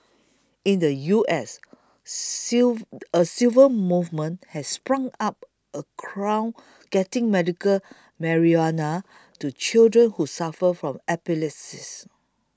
in the U S civil a civil movement has sprung up around getting medical marijuana to children who suffer from epilepsy